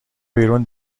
بیرون